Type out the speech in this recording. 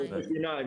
זה רופאי שיניים.